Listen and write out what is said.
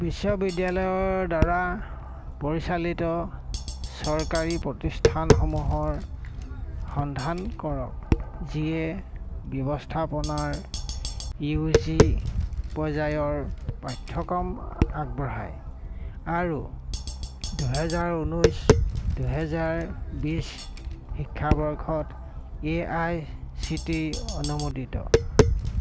বিশ্ববিদ্যালয়ৰ দ্বাৰা পৰিচালিত চৰকাৰী প্ৰতিষ্ঠানসমূহৰ সন্ধান কৰক যিয়ে ব্যৱস্থাপনাৰ ইউ জি পৰ্যায়ৰ পাঠ্যক্ৰম আগবঢ়ায় আৰু দুহেজাৰ ঊনৈছ দুহেজাৰ বিছ শিক্ষাবৰ্ষত A I C T E অনুমোদিত